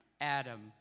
Adam